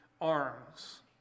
arms